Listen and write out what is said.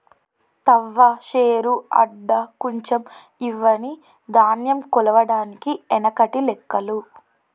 తవ్వ, శేరు, అడ్డ, కుంచం ఇవ్వని ధాన్యం కొలవడానికి ఎనకటి లెక్కలు